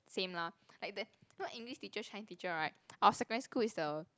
same lah like that know English teacher Chinese teacher right our secondary school is the